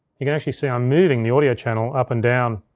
you can actually see i'm moving the audio channel up and down.